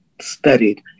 studied